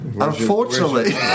unfortunately